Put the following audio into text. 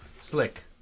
Slick